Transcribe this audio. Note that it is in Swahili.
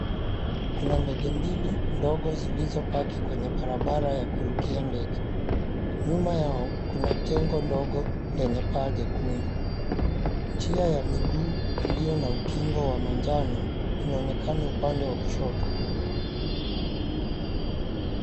Kuna ndege mbili ndogo zilizopaki kwenye barabara ya kurukia ndege. Nyuma yao kuna jengo dogo lenye paa jekundu. Njia ya miguu iliyo na ukingo wa manjano, inaonekana upande wa kushoto.